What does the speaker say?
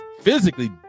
physically